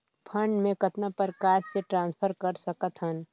Fund मे कतना प्रकार से ट्रांसफर कर सकत हन?